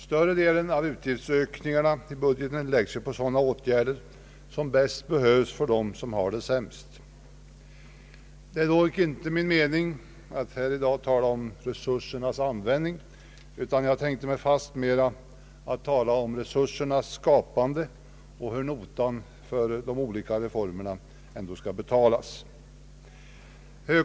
Större delen av utgiftsökningarna i budgeten läggs på åtgärder som väntas gynna dem som har det sämst. Det är dock inte min mening att här i dag tala om resursernas användning, utan jag tänker fastmera tala om resursernas skapande och hur notan för de olika reformerna skall betalas.